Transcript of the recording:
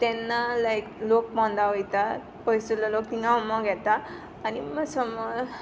तेन्ना लायक लोक पोंदां वोयता पयसुल्लो लोक थिंगां उमो घेता आनी